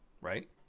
right